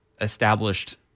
established